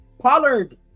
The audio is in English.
Pollard